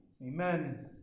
Amen